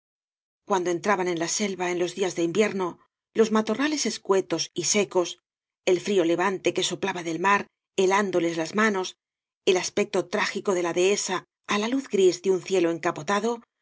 cuando entraban en la selva en los días de iavíer do los matorrales escuetos y secos el frío levante que soplaba del mar helándoles las manos el as pecto trágico de la dehesa á la luz gris de un cielo encapotado